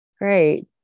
great